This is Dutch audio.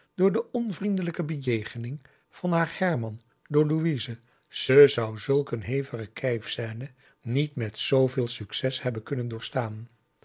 door de onvriendelijke bejegening van haar herman door louise ze zou zulk een hevige kijfscène niet met zooveel succes hebben kunnen doorstaan